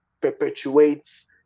perpetuates